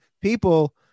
people